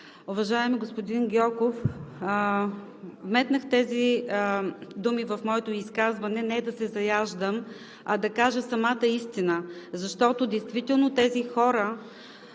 Уважаеми господин Гьоков, вметнах тези думи в моето изказване не да се заяждам, а да кажа самата истина. Действително тези хора